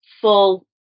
full